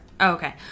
Okay